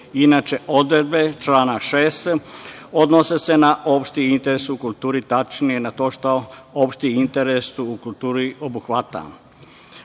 Inače, odredbe člana 6. se odnose na opšti interes u kulturi, tačnije na to šta opšti interes u kulturi obuhvata. Našim